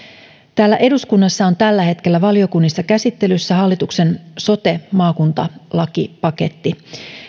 täällä eduskunnassa on tällä hetkellä valiokunnissa käsittelyssä hallituksen sote maakuntalakipaketti